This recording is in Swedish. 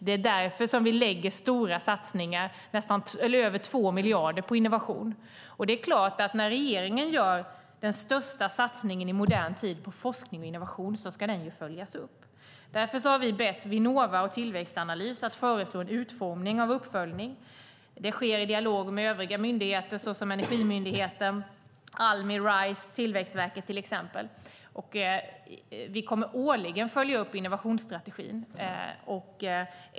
Det är därför som vi gör stora satsningar, över 2 miljarder, på innovation. När regeringen gör den största satsningen i modern tid på forskning och innovation ska det följas upp. Därför har vi bett Vinnova och Tillväxtanalys att föreslå en utformning för uppföljningen. Det sker i dialog med övriga myndigheter, såsom Energimyndigheten, Almi, Rice och Tillväxtverket. Vi kommer att årligen följa upp innovationsstrategin.